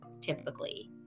typically